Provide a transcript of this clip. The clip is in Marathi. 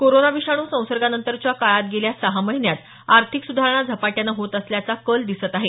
कोरोना विषाणू संसर्गानंतरच्या काळात गेल्या सहा महिन्यात आर्थिक सुधारणा झपाट्यानं होत असल्याचा कल दिसत आहे